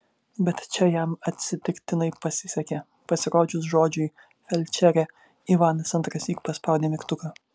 bet čia jam atsitiktinai pasisekė pasirodžius žodžiui felčerė ivanas antrąsyk paspaudė mygtuką